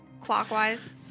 clockwise